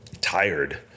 tired